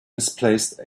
misplaced